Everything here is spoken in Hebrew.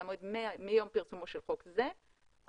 הוא המועד מיום פרסומו של חוק זה עד